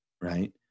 Right